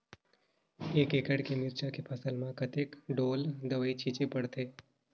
एक एकड़ के मिरचा के फसल म कतेक ढोल दवई छीचे पड़थे?